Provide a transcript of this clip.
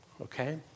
Okay